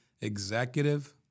executive